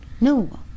No